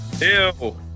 Ew